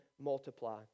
multiply